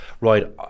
right